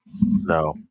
No